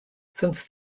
since